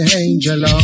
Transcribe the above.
angel